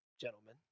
gentlemen